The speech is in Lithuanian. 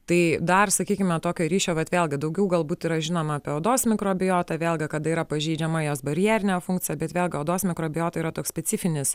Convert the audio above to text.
tai dar sakykime tokio ryšio vat vėlgi daugiau galbūt yra žinoma apie odos mikrobiotą vėlgi kada yra pažeidžiama jos barjerinė funkcija bet vėlgi odos mikrobiota yra toks specifinis